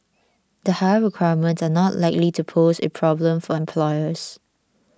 the higher requirements are not likely to pose a problem for employers